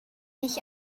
ich